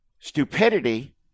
stupidity